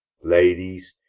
ladies,